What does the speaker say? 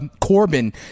Corbin